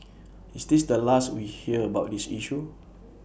is this the last we'd hear about this issue